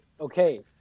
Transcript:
okay